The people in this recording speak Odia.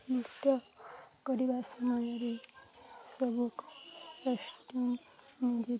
ନୃତ୍ୟ କରିବା ସମୟରେ ସବୁକୁ କଷ୍ଟ